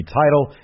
title